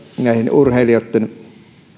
urheilijoitten